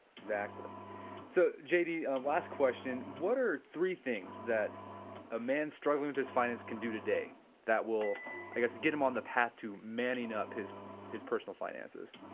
exactly so j d. um last question what are the three things that a man struggling with his finance can do today that will i guess get him on the path to manning up his his personal finances?